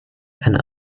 and